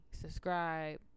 Subscribe